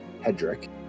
Hedrick